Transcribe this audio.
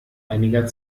einiger